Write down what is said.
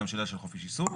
גם שאלה של חופש עיסוק.